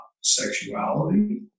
sexuality